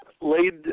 laid